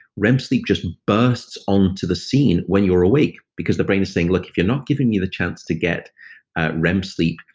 rem sleep just bursts onto the scene when you're awake. because the brain is saying, look, if you're not giving me the chance to get rem sleep,